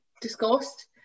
discussed